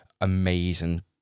amazing